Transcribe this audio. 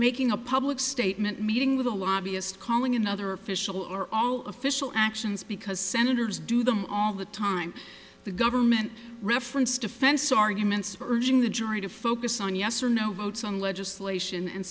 making a public statement meeting with a lobbyist calling another official or all of fishel actions because senators do them all the time the government referenced defense arguments urging the jury to focus on yes or no votes on legislation and